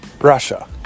Russia